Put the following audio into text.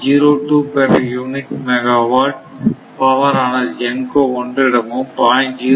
02 per unit megawatt power ஆனது GENCO 1 இடமும் 0